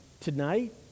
tonight